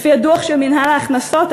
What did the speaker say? לפי הדוח של מינהל ההכנסות,